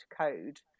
code